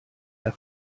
der